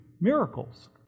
miracles